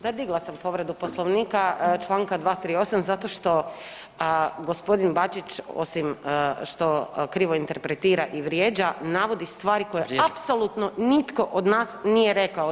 Da digla sam povredu Poslovnika, Članka 238. zato što gospodin Bačić osim što krivo interpretira i vrijeđa navodi stvari koje apsolutno nitko od nas nije rekao.